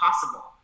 possible